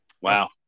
Wow